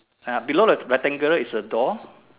uh below the rectangle is a door